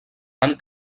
han